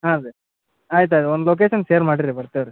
ಹಾಂ ರೀ ಆಯ್ತು ಆಯ್ತು ಒಂದು ಲೊಕೇಶನ್ ಶೇರ್ ಮಾಡಿರಿ ಬರ್ತೇವೆ ರೀ